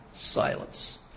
Silence